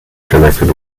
connected